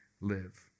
live